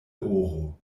oro